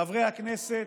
חברי הכנסת,